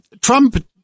Trump